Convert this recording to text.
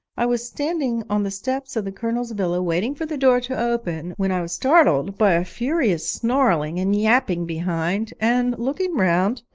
i was standing on the steps of the colonel's villa waiting for the door to open when i was startled by a furious snarling and yapping behind, and, looking round,